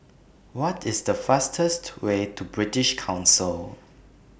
What IS The fastest Way to British Council